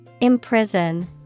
Imprison